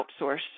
outsource